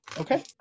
Okay